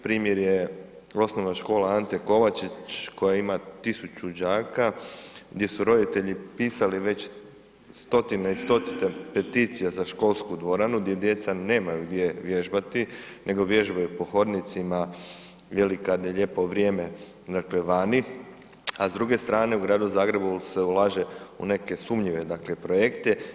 Primjer je Osnovna škola Ante Kovačić koja ima 1.00 đaka, gdje su roditelji pisali već stotine i stotine peticija za školsku dvoranu, gdje djeca nemaju gdje vježbati nego vježbaju po hodnicima ili kad je lijepo vrijeme dakle vani, a s druge strane u Gradu Zagrebu se ulaže u neke sumnjive projekte.